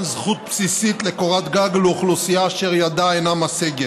זכות בסיסית לקורת גג לאוכלוסייה אשר ידה אינה משגת.